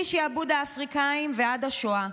משעבוד האפריקאים ועד השואה.